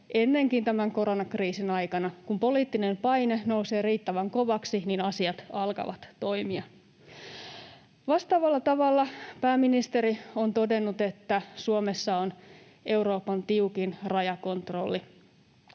ennenkin tämän koronakriisin aikana: kun poliittinen paine nousee riittävän kovaksi, asiat alkavat toimia. Vastaavalla tavalla pääministeri on todennut, että Suomessa on Euroopan tiukin rajakontrolli.